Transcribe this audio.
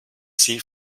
sie